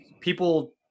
People